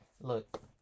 Look